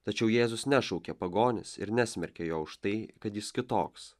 tačiau jėzus nešaukė pagonis ir nesmerkė jo už tai kad jis kitoks